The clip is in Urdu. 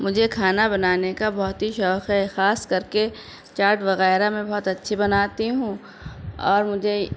مجھے کھانا بنانے کا بہت ہی شوق ہے خاص کرکے چاٹ وغیرہ میں بہت اچھی بناتی ہوں اور مجھے